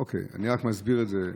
אוקיי, אני רק מסביר את זה.